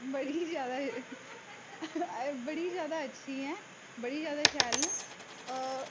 बड़ी गै ज्यादा बड़ी ज्यादा अच्छी ऐ बड़ी ज्यादा शैल न